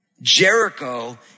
Jericho